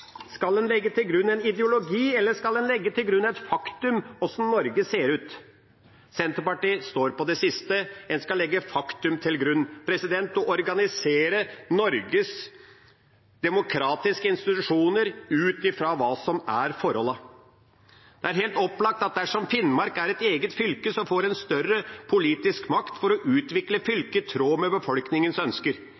Skal en legge til grunn en ideologi, eller skal en legge til grunn et faktum: hvordan Norge ser ut? Senterpartiet står på det siste. En skal legge faktum til grunn, og organisere Norges demokratiske institusjoner ut fra hva som er forholdene. Det er helt opplagt at dersom Finnmark er et eget fylke, får en større politisk makt for å utvikle